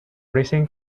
racing